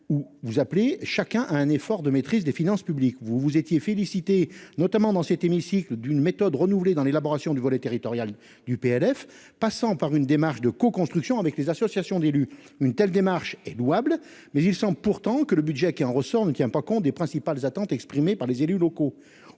vous appelez chacun à un effort de maîtrise des finances publiques. Vous vous étiez félicitée, notamment dans cet hémicycle, d'une méthode renouvelée dans l'élaboration du volet territorial du PLF, passant par une démarche de coconstruction avec les associations d'élus. Une telle démarche est louable. Pourtant, il semble que le budget qui en ressort ne tient pas compte des principales attentes exprimées par les élus locaux.